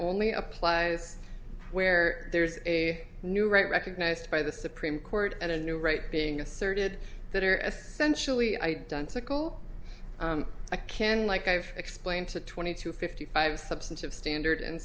only applies where there's a new right recognized by the supreme court and a new right being asserted that are essentially identical i can like i've explained to twenty to fifty five substantive standard in